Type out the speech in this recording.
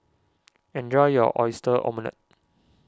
enjoy your Oyster Omelette